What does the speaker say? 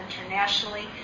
internationally